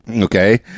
Okay